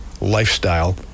lifestyle